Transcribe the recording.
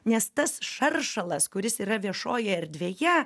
nes tas šaršalas kuris yra viešojoje erdvėje